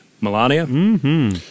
Melania